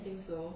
I think so